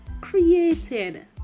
created